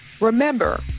Remember